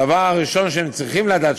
הדבר הראשון שהם צריכים לדעת,